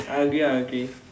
I agree I agree